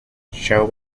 show